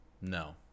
No